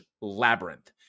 Labyrinth